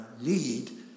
need